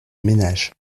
ménage